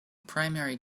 primary